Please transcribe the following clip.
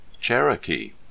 CHEROKEE